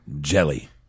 Jelly